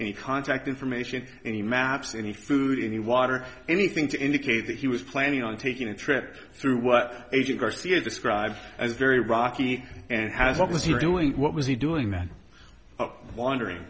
any contact information any maps any food any water anything to indicate that he was planning on taking a trip through what agent garcia described as very rocky and has what was he doing what was he doing then wonder